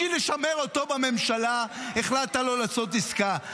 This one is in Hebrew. בשביל לשמר אותו בממשלה החלטת לא לעשות עסקה.